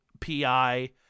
PI